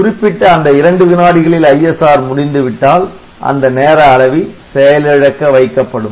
குறிப்பிட்ட அந்த இரண்டு வினாடிகளில் ISR முடிந்துவிட்டால் அந்த நேர அளவி செயலிழக்க வைக்கப்படும்